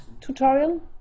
tutorial